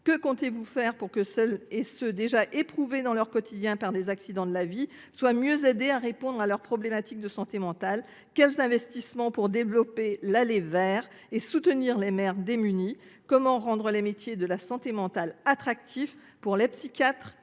que comptez vous faire pour que ceux qui sont déjà éprouvés dans leur quotidien par des accidents de la vie soient mieux accompagnés face à leurs problèmes de santé mentale ? Quels investissements envisagez vous pour développer l’« aller vers » et soutenir les maires démunis ? Comment rendre les métiers de la santé mentale attractifs pour les psychiatres,